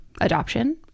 adoption